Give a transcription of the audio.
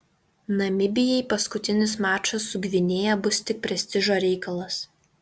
namibijai paskutinis mačas su gvinėja bus tik prestižo reikalas